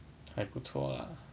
还不错 lah